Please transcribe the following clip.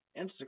Instagram